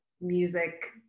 music